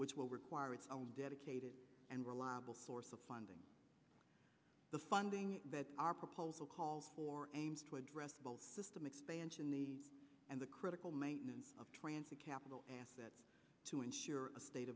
which will require its own dedicated and reliable source of funding the funding that our proposal calls for aims to address both system expansion and the critical maintenance of transit capital asset to ensure a state